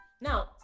Now